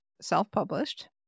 self-published